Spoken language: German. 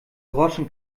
groschen